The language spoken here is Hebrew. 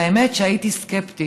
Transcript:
והאמת, שהייתי סקפטית.